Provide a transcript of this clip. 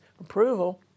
approval